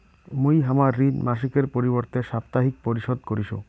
মুই হামার ঋণ মাসিকের পরিবর্তে সাপ্তাহিক পরিশোধ করিসু